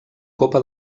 copa